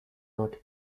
not